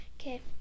Okay